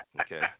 Okay